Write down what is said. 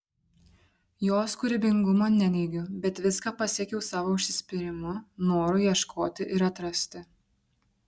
jos kūrybingumo neneigiu bet viską pasiekiau savo užsispyrimu noru ieškoti ir atrasti